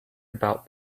about